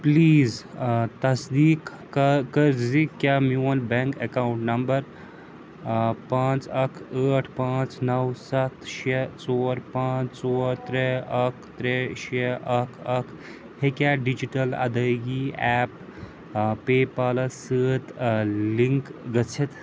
please آ تصدیٖق کَہ کٔرۍزِ کیٛاہ میون بٮ۪نٛک اٮ۪کاوُنٛٹ نمبَر پانٛژھ اَکھ ٲٹھ پانٛژھ نَو سَتھ شےٚ ژور پانٛژھ ژور ترٛےٚ اَکھ ترٛےٚ شےٚ اَکھ اَکھ ہیٚکیٛاہ ڈِجِٹَل ادٲیگی ایپ پے پالس سۭتۍ لِنٛک گٔژھِتھ